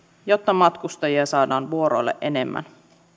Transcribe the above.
jotta matkustajia saadaan vuoroille enemmän